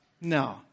no